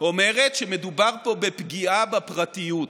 אומרת שמדובר בפגיעה בפרטיות,